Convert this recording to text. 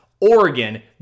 Oregon